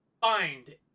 Find